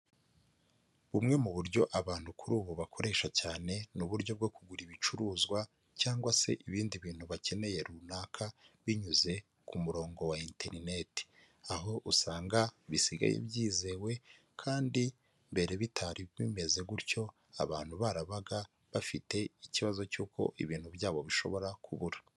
Bumwe mu buryo abantu kuri ubu bakoresha cyane, ni uburyo bwo kugura ibicuruzwa cyangwa se ibindi bintu bakeneye runaka, binyuze ku murongo wa interineti. Aho usanga bisigaye byizewe kandi mbere bitari bimeze gutyo, abantu barabaga bafite ikibazo cy'uko ibintu byabo bishobora kubura.